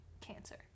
cancer